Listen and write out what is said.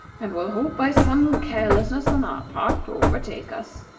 and will hope, by some carelessness on our part, to overtake us.